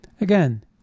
Again